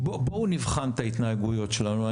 בואו נבחן את ההתנהגויות שלנו.